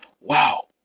wow